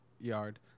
yard